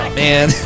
man